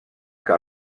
que